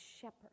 shepherd